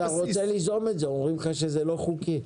כשאתה רוצה ליזום את זה אומרים לך שזה לא חוקי.